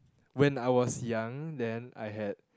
when I was young then I had